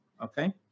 okay